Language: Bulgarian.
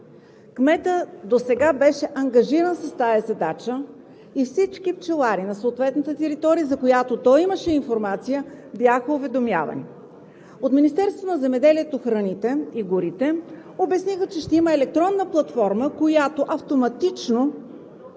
Кметът досега беше ангажиран с тази задача и всички пчелари на съответната територия, за която той имаше информация, бяха уведомявани. От Министерството на земеделието, храните и горите обясниха, че ще има електронна платформа, от която автоматично